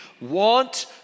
want